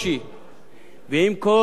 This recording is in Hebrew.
ועם כל הרגישות,